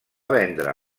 vendre